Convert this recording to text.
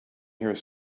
here